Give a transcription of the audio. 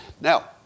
Now